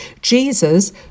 Jesus